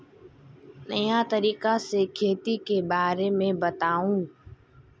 नया तरीका से खेती के बारे में बताऊं?